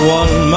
one